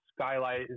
skylight